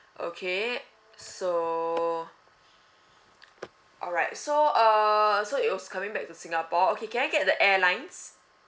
okay so alright so uh so it was coming back to singapore okay can I get the airlines